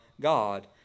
God